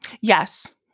Yes